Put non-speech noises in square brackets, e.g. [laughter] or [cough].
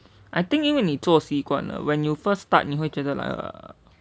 I think 因为你做习惯了 when you first start 你会觉得 [noise]